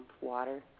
water